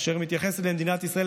אשר מתייחסת למדינת ישראל,